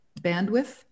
bandwidth